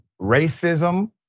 racism